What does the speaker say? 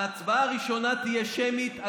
ההצבעה הראשונה תהיה שמית,